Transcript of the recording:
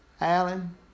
Alan